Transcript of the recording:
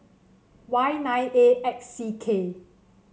Y nine A X C K